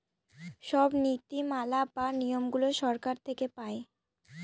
সব নীতি মালা বা নিয়মগুলো সরকার থেকে পায়